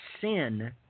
sin